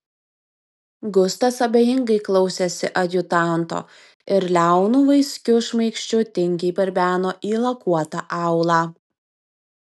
gustas abejingai klausėsi adjutanto ir liaunu vaiskiu šmaikščiu tingiai barbeno į lakuotą aulą